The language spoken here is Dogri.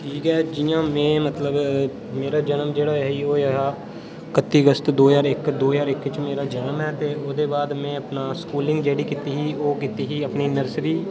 ठीक ऐ जियां में मतलब मेरा जनम जेह्ड़ा होआ ओह् हा कत्ती अगस्त दो ज्हार इक दो ज्हार इक च मेरा जनम ऐ ते ओह्दे बाद में अपना स्कूलिंग जेह्ड़ी कीती ही ओह् कीती ही अपनी नर्सरी